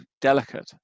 delicate